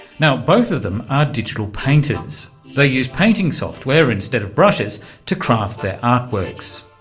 now, both of them are digital painters, they use painting software instead of brushes to craft their art works.